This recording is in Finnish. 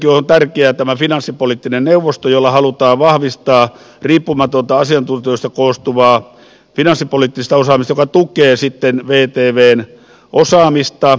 ensinnäkin on tärkeä tämä finanssipoliittinen neuvosto jolla halutaan vahvistaa riippumatonta asiantuntijoista koostuvaa finanssipoliittista osaamista joka tukee vtvn osaamista